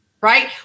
right